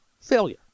failure